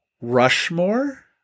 Rushmore